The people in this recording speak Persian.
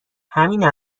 همین